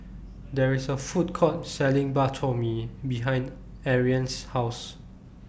There IS A Food Court Selling Bak Chor Mee behind Ariane's House